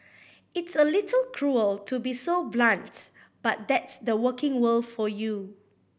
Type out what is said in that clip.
it's a little cruel to be so blunt but that's the working world for you